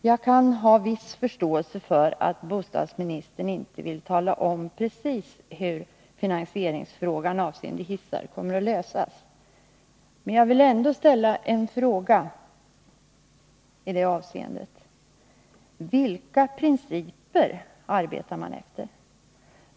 Jag kan ha viss förståelse för att bostadsministern inte vill tala om precis hur finansieringsfrågan avseende hissar kommer att lösas. Men jag vill ändå ställa en fråga: Vilka principer arbetar man efter?